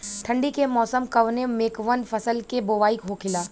ठंडी के मौसम कवने मेंकवन फसल के बोवाई होखेला?